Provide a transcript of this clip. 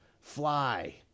fly